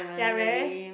ya very